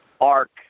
arc